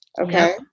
Okay